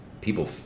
people